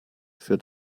für